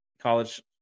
college